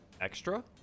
Extra